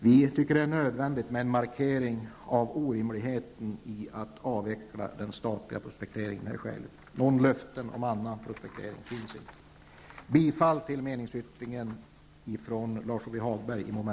Det är nödvändigt med en markering av orimligheten i att avveckla den statliga prospekteringen. Några löften om annan prospektering ges inte. Jag yrkar bifall till meningsyttringen av Lars-Ove